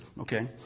okay